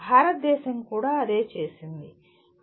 భారతదేశం కూడా అదే చేసింది